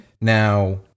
Now